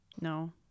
No